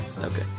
Okay